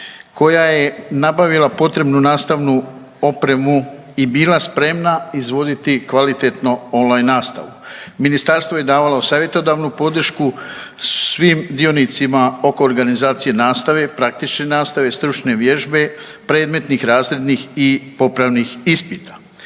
koja je nabavila potrebnu nastavnu opremu i bila spremna izvoditi kvalitetno on-line nastavu. Ministarstvo je davalo savjetodavnu podršku svim dionicima oko organizacije nastave, praktične nastave, stručne vježbe, predmetnih razrednih i popravnih ispita.